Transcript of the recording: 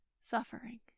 suffering